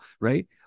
right